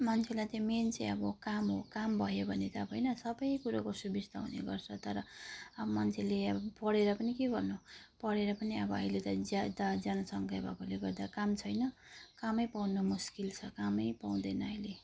मान्छेलाई चाहिँ मेन चाहिँ अब काम हो काम भयो भने त अब होइन सबै कुरोको सुविस्ता हुने गर्छ तर अब मान्छेले अब पढेर पनि के गर्नु पढेर पनि अब अहिले त ज्यादा जनसङ्ख्या भएकोले गर्दा काम छैन कामै पाउनु मुस्किल छ कामै पाउँदैन अहिले